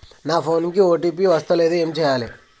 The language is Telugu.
నా ఫోన్ కి ఓ.టీ.పి వస్తలేదు ఏం చేయాలే?